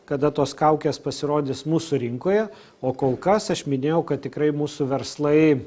kada tos kaukės pasirodys mūsų rinkoje o kol kas aš minėjau kad tikrai mūsų verslai